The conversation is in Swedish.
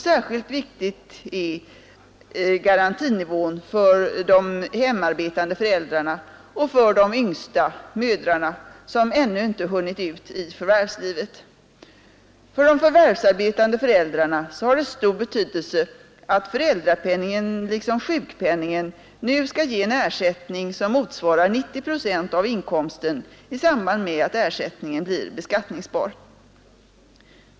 Särskilt viktig är garantinivån för de hemarbetande föräldrarna och för de yngsta mödrarna, som ännu inte har hunnit ut i förvärvslivet. För de förvärvsarbetande föräldrarna har det stor betydelse att föräldrapenningen liksom sjukpenningen nu skall ge en ersättning som motsvarar 90 procent av inkomsten i samband med att ersättningen blir beskattningsbar.